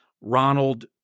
Ronald